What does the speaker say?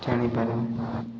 ଜାଣିପାରୁ